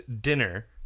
dinner